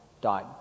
died